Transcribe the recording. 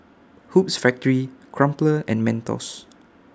Hoops Factory Crumpler and Mentos